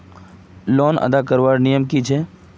Loan अदा करवार नियम की छे?